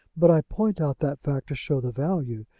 but i point out that fact to show the value.